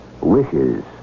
wishes